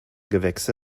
gewächse